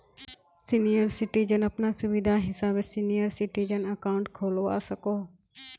senior citizen अपना सुविधा हिसाबे सीनियर सिटीजन अकाउंट खोलवा सकोह